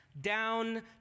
down